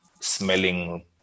smelling